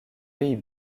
pays